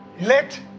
Let